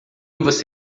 você